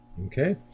Okay